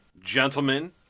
gentlemen